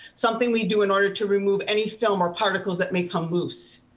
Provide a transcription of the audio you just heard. something we do in order to remove any film or particles that may come loose.